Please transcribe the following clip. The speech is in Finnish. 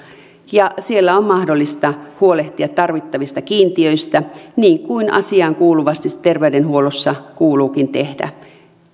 ja siellä on mahdollista huolehtia tarvittavista kiintiöistä niin kuin asiankuuluvasti terveydenhuollossa kuuluukin tehdä